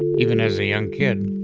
even as a young kid.